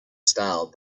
style